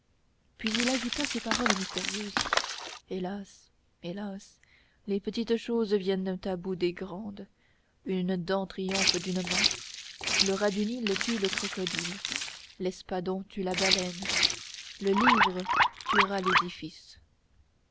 puis il ajouta ces paroles mystérieuses hélas hélas les petites choses viennent à bout des grandes une dent triomphe d'une masse le rat du nil tue le crocodile l'espadon tue la baleine le livre tuera l'édifice